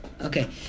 Okay